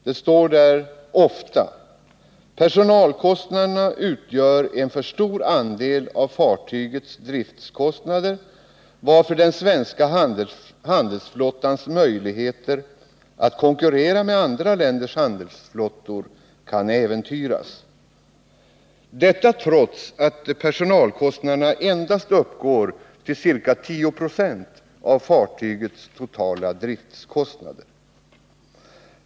Det står där ofta att personalkostnaderna utgör en för stor andel av fartygens dirftkostnader, varför den svenska handelsflottans möjligheter att konkurrera med andra länders handelsflotter kan äventyras — detta trots att personalkostnaderna uppgår till endast ca 10 26 av fartygens totala driftkostnader.